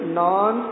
non